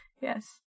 Yes